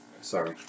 Sorry